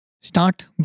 start